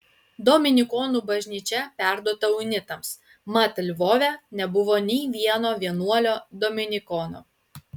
dominikonų bažnyčia perduota unitams mat lvove nebuvo nei vieno vienuolio dominikono